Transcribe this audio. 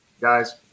Guys